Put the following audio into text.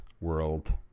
world